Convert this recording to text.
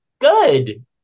Good